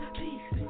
peace